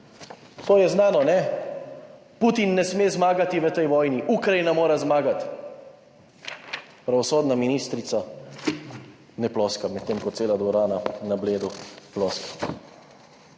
To je znano, kajne, Putin ne sme zmagati v tej vojni, Ukrajina mora zmagati. Pravosodna ministrica ne ploska, medtem ko cela dvorana na Bledu ploska.